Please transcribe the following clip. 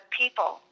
people